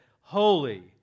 Holy